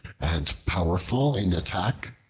and powerful in attack.